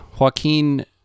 Joaquin